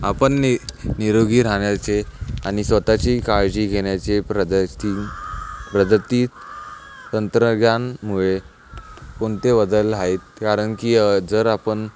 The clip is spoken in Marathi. आपण नि निरोगी राहण्याचे आणि स्वतःची काळजी घेण्याचे प्रगती तंत्रज्ञानमुळे कोणते बदल आहेत कारण की जर आपण